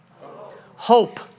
Hope